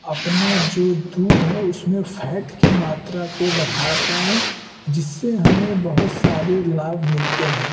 अपना जो दूध है उसमें फैट की मात्रा को बढ़ा पाए जिससे हमें बहुत सारे लाभ मिलते हैं